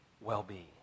well-being